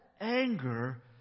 anger